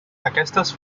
aquestes